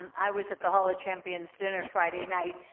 i was at the hall of champions dinner friday night,